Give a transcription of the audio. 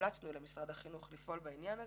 המלצנו למשרד החינוך לפעול בעניין הזה.